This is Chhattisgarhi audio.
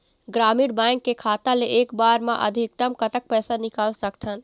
ग्रामीण बैंक के खाता ले एक बार मा अधिकतम कतक पैसा निकाल सकथन?